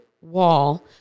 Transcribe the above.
wall